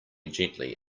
gently